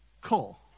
cool